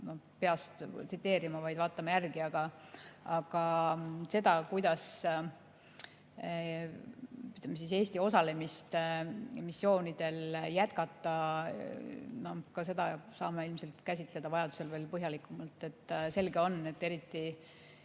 peast tsiteerima, vaid vaatame järgi. Aga seda, kuidas Eesti osalemist missioonidel jätkata, saame ilmselt käsitleda vajaduse korral veel põhjalikumalt. Selge on, et eriti